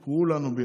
זה דברים אחרים.